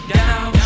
down